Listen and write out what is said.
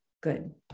Good